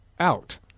out